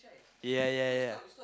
ya ya ya